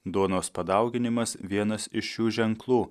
duonos padauginimas vienas iš šių ženklų